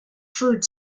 food